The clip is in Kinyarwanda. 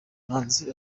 manzi